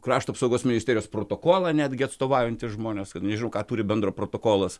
krašto apsaugos ministerijos protokolą netgi atstovaujantys žmonės nežinau ką turi bendro protokolas